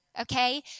Okay